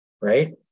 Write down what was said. right